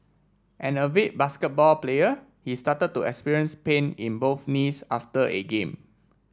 an avid basketball player he started to experience pain in both knees after a game